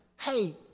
hey